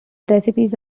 recipes